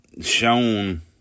shown